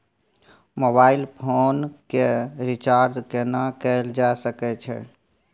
Mobile phone के recharge केना कैल जा सकै छै?